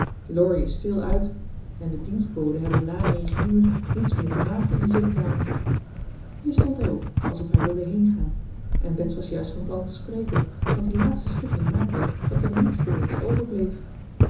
laurie is veel uit en de dienstboden hebben na negen uur niets meer te maken in de zitkamer hier stond hij op alsof hij wilde heengaan en bets was juist van plan te spreken want die laatste schikking maakte dat er niets te wenschen overbleef